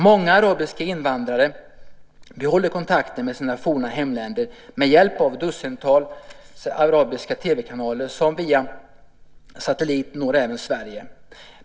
Många arabiska invandrare behåller kontakten med sina forna hemländer med hjälp av ett dussintal arabiska TV-kanaler som via satellit även når Sverige.